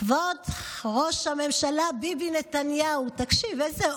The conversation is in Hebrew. כבוד ראש הממשלה ביבי נתניהו, תקשיב, איזה אושר.